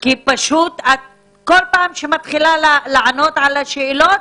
כי בכל פעם שאת מתחילה לענות על השאלות,